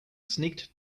sneaked